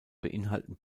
beinhalten